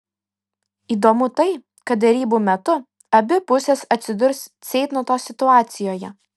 įdomu tai kad derybų metu abi pusės atsidurs ceitnoto situacijoje